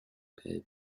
gelb